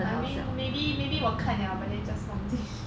I mean maybe maybe 我看了 but then just 忘记